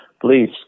please